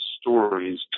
stories